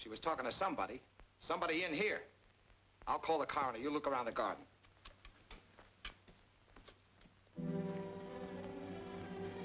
she was talking to somebody somebody in here i'll call the car you look around the go